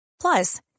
Plus